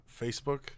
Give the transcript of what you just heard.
Facebook